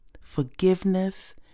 Forgiveness